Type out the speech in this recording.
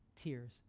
tears